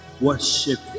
worship